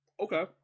Okay